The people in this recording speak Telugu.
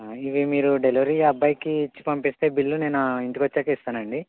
అవే మీరు డెలివరీ అబ్బాయికి ఇచ్చి పంపిస్తే బిల్లు నేను ఇంటికొచ్చాక ఇస్తానండి